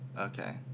Okay